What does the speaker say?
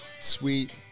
Sweet